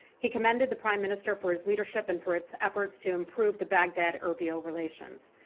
he commended the prime minister for his leadership and for its efforts to improve the baghdad-erbil relations.